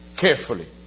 carefully